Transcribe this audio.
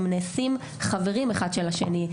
הם נעשים חברים אחד של השני.